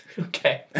okay